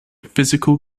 physical